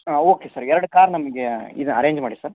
ಹಾಂ okay sir ಎರಡು car ನಮಗೆ ಇದು ಅರೇಂಜ್ ಮಾಡಿ ಸರ್